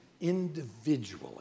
individually